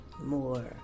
more